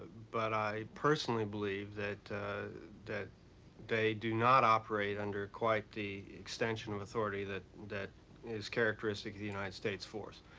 but i personally believe that that they do not operate under quite the extension of authority that that is characteristic of the united states force.